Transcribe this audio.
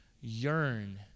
yearn